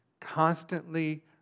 constantly